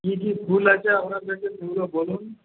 কী কী ফুল আছে ওনাদেরকে সেগুলো বলুন